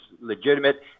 legitimate